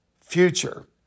future